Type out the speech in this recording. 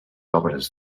obres